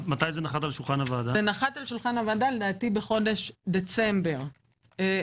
זה נחת על שולחן הוועדה בדצמבר 2020,